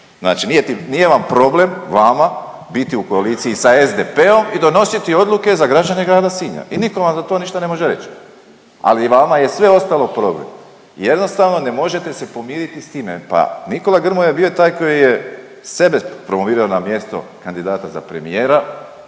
Znači nije vam problem, vama biti u koaliciji sa SDP-om i donositi odluke za građane grada Sinja i nitko vam za to ništa ne može reći. Ali vama je sve ostalo problem. Jednostavno ne možete se pomiriti sa time. Pa Nikola Grmoja je bio taj koji je sebe promovirao na mjesto kandidata za premijera